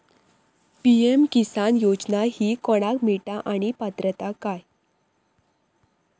PM Kisan योजना ही कोणाक मिळता आणि पात्रता काय?